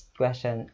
question